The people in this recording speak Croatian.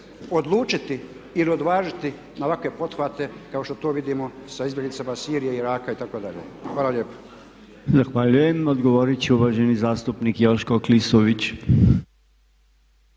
odlučiti ili odvažiti na ovakve pothvate kao što to vidimo sa izbjeglicama Sirije, Iraka itd.? Hvala lijepa. **Podolnjak, Robert (MOST)** Zahvaljujem. Odgovorit će uvaženi zastupnik Joško Klisović.